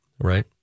right